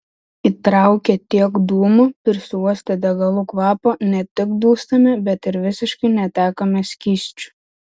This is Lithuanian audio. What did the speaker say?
įtraukę tiek dūmų prisiuostę degalų kvapo ne tik dūstame bet ir visiškai netekome skysčių